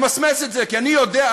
נמסמס את זה כי אני יודע,